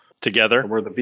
Together